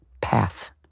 path